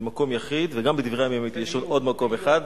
במקום יחיד, וגם בדברי הימים, אז יש עוד מקום אחד.